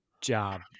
job